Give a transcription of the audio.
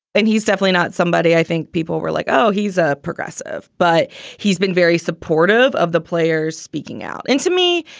and he's definitely not somebody i think people were like, oh, he's a progressive, but he's been very supportive of the players speaking out. and to me,